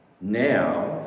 Now